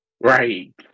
Right